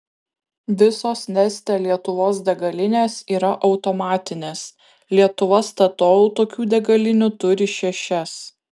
visos neste lietuvos degalinės yra automatinės lietuva statoil tokių degalinių turi šešias